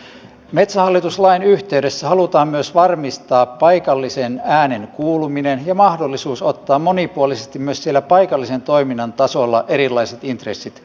metsähallitus lain yhteydessä halutaan myös varmistaa paikallisen äänen kuuluminen ja mahdollisuus ottaa monipuolisesti myös siellä paikallisen toiminnan tasolla erilaiset intressit huomioon